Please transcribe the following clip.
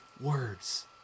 words